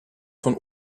von